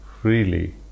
freely